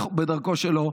בדרכו שלו,